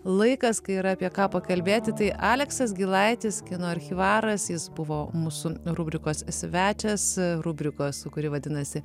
laikas kai yra apie ką pakalbėti tai aleksas gilaitis kino archyvaras jis buvo mūsų rubrikos svečias rubrikos kuri vadinasi